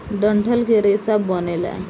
डंठल के रेसा बनेला